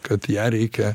kad ją reikia